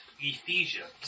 Ephesians